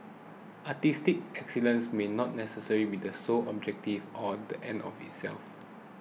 artistic excellence may not necessarily be the sole objective or the end of itself